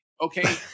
okay